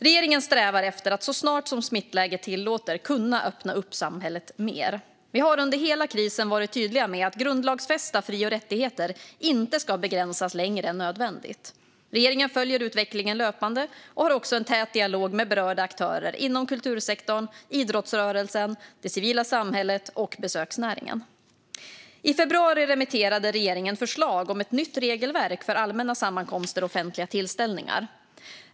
Regeringen strävar efter att så snart som smittläget tillåter kunna öppna upp samhället mer. Vi har under hela krisen varit tydliga med att grundlagsfästa fri och rättigheter inte ska begränsas längre än nödvändigt. Regeringen följer utvecklingen löpande och har också en tät dialog med berörda aktörer inom kultursektorn, idrottsrörelsen, det civila samhället och besöksnäringen. I februari remitterade regeringen förslag om ett nytt regelverk för allmänna sammankomster och offentliga tillställningar.